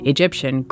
Egyptian